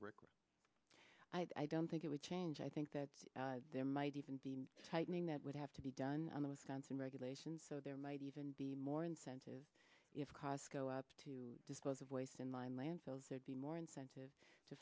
subtitle i don't think it would change i think that there might even be tightening that would have to be done on the wisconsin regulations so there might even be more incentive if costs go up to dispose of waste in line landfills there'd be more incentive to